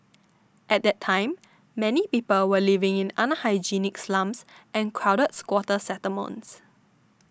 at that time many people were living in unhygienic slums and crowded squatter settlements